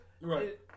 right